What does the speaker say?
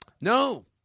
No